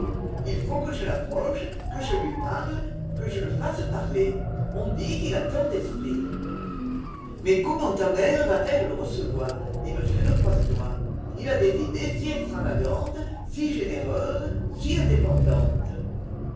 il faut que je l'approche que je lui parle que je me fasse parler on dit qu'il a tant d'esprit mais comment ta mère va-t-elle le recevoir dit m de croisenois il a des idées si extravagantes si généreuses si indépendantes